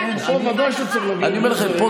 פה ודאי שצריך להביא